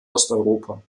osteuropa